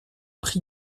prix